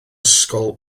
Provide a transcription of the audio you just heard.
ysgol